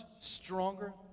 stronger